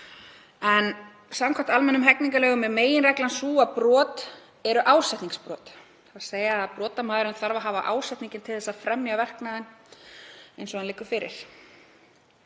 Samkvæmt almennum hegningarlögum er meginreglan sú að brot eru ásetningsbrot, þ.e. að brotamaðurinn þarf að hafa ásetning til að fremja verknaðinn eins og hann liggur fyrir.